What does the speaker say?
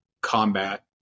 combat